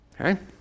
Okay